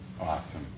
Awesome